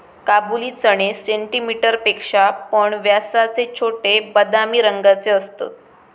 काबुली चणे सेंटीमीटर पेक्षा पण व्यासाचे छोटे, बदामी रंगाचे असतत